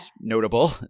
notable